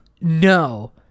no